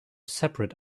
separate